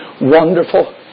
wonderful